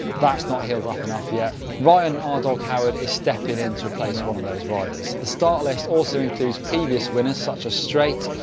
that's not healed up enough yet. ryan r dog howard is stepping in to replace one of those riders. the start list also includes previous winners such as strait,